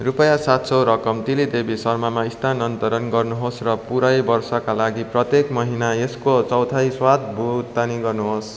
रुपियाँ सात सौ रकम तिली देवी शर्मामा स्थानान्तरण गर्नु होस् र पुरै वर्षका लागि प्रत्येक महिना यसको चौथाइ स्वतः भुक्तानी गर्नु होस्